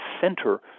center